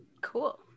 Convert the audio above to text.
cool